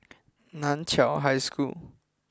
Nan Chiau High School